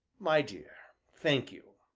my dear, thank you,